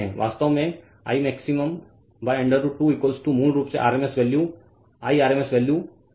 वास्तव में I max √2 मूल रूप से rms value I rms value तो यह RMS वैल्यू है